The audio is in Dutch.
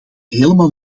helemaal